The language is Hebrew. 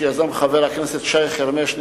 שיזם חבר הכנסת שי חרמש,